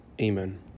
Amen